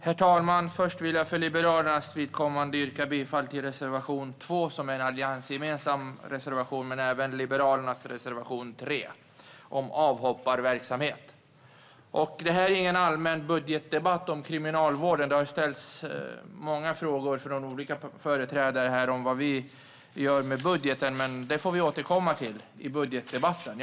Herr talman! Jag börjar med att yrka bifall till reservation 2 från allianspartierna och till reservation 3 från Liberalerna om avhopparverksamhet. Detta är ingen allmän budgetdebatt om kriminalvården. Det har ställts många frågor från olika partiföreträdare här om vår budget, men det får vi återkomma till i budgetdebatten.